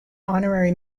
honorary